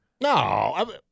no